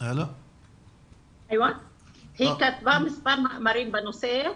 היא כתבה מספר מאמרים בנושא,